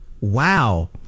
Wow